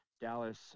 Dallas